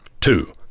Two